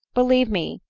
believe me,